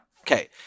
Okay